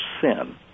sin